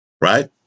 right